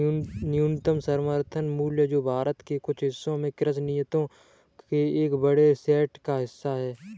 न्यूनतम समर्थन मूल्य जो भारत के कुछ हिस्सों में कृषि नीतियों के एक बड़े सेट का हिस्सा है